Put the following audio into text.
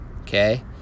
Okay